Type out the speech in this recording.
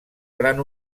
gran